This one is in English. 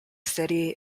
city